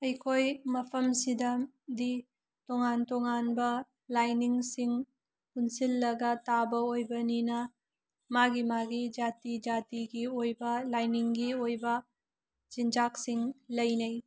ꯑꯩꯈꯣꯏ ꯃꯐꯝꯁꯤꯗꯗꯤ ꯇꯣꯉꯥꯟ ꯇꯣꯉꯥꯟꯕ ꯂꯥꯏꯅꯤꯡꯁꯤꯡ ꯄꯨꯟꯁꯤꯜꯂꯒ ꯇꯥꯕ ꯑꯣꯏꯕꯅꯤꯅ ꯃꯥꯒꯤ ꯃꯥꯒꯤ ꯖꯥꯇꯤ ꯖꯥꯇꯤꯒꯤ ꯑꯣꯏꯕ ꯂꯥꯏꯅꯤꯡꯒꯤ ꯑꯣꯏꯕ ꯆꯤꯟꯖꯥꯛꯁꯤꯡ ꯂꯩꯅꯩ